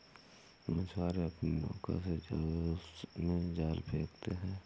मछुआरे अपनी नौका से जल में जाल फेंकते हैं